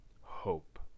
hope